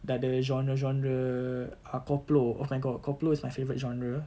dia ada genre genre ah koplo oh my god koplo my favourite genre